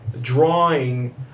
drawing